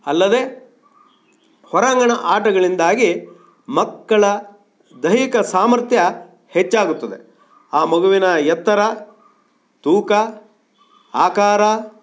ಅಲ್ಲದೇ ಹೊರಾಂಗಣ ಆಟಗಳಿಂದಾಗಿ ಮಕ್ಕಳ ದೈಹಿಕ ಸಾಮರ್ಥ್ಯ ಹೆಚ್ಚಾಗುತ್ತದೆ ಆ ಮಗುವಿನ ಎತ್ತರ ತೂಕ ಆಕಾರ